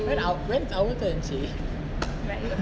when is when is our turn actually